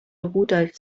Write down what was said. rudolf